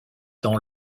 dans